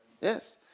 yes